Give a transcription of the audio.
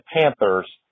Panthers